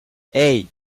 hey